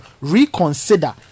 reconsider